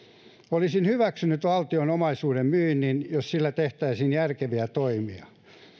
olisin hyväksynyt valtion omaisuuden myynnin jos sillä tehtäisiin järkeviä toimia